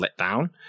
letdown